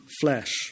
flesh